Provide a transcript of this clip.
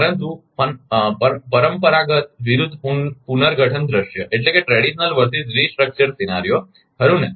પરંતુ પરંપરાગત વિરુદ્ધ પુનર્ગઠન દૃશ્ય ખરુ ને